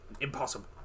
impossible